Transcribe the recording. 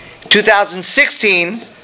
2016